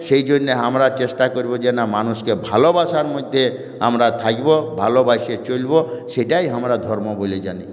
সেইজন্য আমরা চেষ্টা করব যে না মানুষকে ভালোবাসার মধ্যে আমরা থাকব ভালোবেসে চলব সেটাই আমরা ধর্ম বলে জানি